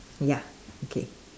ya okay